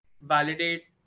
validate